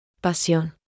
Pasión